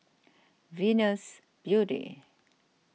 Venus Beauty